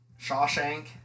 Shawshank